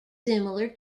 similar